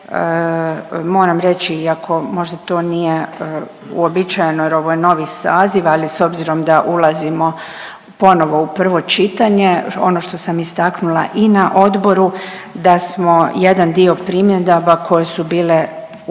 Moram reći iako možda to nije uobičajeno jer ovo je novi saziv, ali s obzirom da ulazimo ponovo u prvo čitanje, ono što sam istaknula i na odboru, da smo jedan dio primjedaba koje su bile u